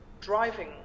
driving